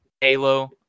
Halo